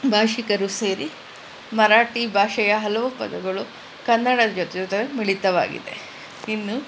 ಭಾಷಿಕರು ಸೇರಿ ಮರಾಠಿ ಭಾಷೆಯ ಹಲವು ಪದಗಳು ಕನ್ನಡದ ಜೊತೆ ಜೊತೆ ಮಿಳಿತವಾಗಿದೆ ಇನ್ನು